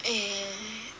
eh